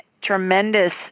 tremendous